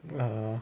err